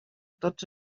tots